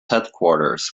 headquarters